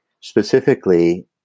Specifically